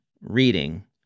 reading